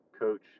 Coach